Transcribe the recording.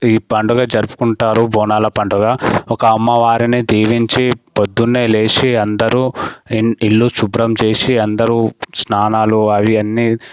ఈ పండగ జరుపుకుంటారు బోనాల పండగ ఒక అమ్మ వారిని దీవించి పొద్దున్నే లేచి అందరూ ఇన్ ఇల్లు శుభ్రం చేసి అందరూ స్నానాలు అవి అన్నీ